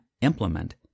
implement